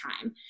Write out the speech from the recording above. time